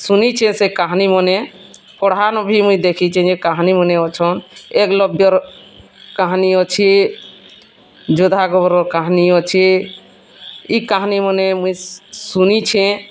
ଶୁନିଛେଁ ସେ କାହାନୀମାନେ ପଢ଼ାନ ବି ମୁଇଁ ଦେଖିଛେଁ ଯେ କାହାନୀମାନେ ଅଛନ୍ ଏକ୍ଲବ୍ୟର କାହାନୀ ଅଛେ ଯୋଦ୍ଧା ଆକ୍ବର୍ର କାହାନୀ ଅଛେ ଇ କାହାନୀମାନେ ମୁଇଁ ଶୁନିଛେଁ